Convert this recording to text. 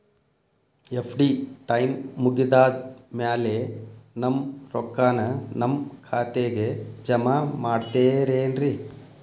FD time ಮುಗಿದಾದ್ ಮ್ಯಾಲೆ ನಮ್ ರೊಕ್ಕಾನ ನಮ್ ಖಾತೆಗೆ ಜಮಾ ಮಾಡ್ತೇರೆನ್ರಿ?